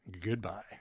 goodbye